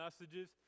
messages